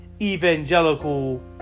evangelical